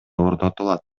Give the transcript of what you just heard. орнотулат